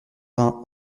vingt